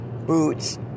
boots